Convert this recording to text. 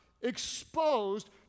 exposed